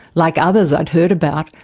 like others i'd heard about,